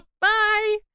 bye